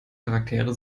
charaktere